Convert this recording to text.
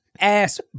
ass